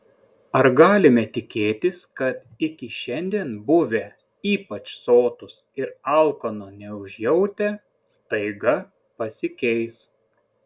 ar galime tikėtis kad iki šiandien buvę ypač sotūs ir alkano neužjautę staiga pasikeis